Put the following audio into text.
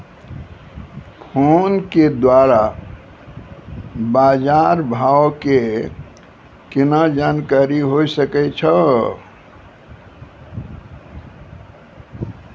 Phone के द्वारा बाज़ार भाव के केना जानकारी होय सकै छौ?